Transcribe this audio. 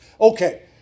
Okay